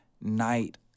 night